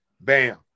bam